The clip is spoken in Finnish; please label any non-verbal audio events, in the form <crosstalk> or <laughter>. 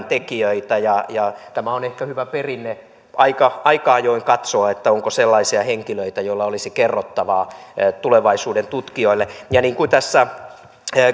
<unintelligible> tekijöitä ja ja tämä on ehkä hyvä perinne aika aika ajoin katsoa onko sellaisia henkilöitä joilla olisi kerrottavaa tulevaisuuden tutkijoille ja niin kuin tässä